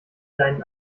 deinen